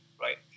right